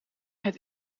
het